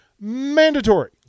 Mandatory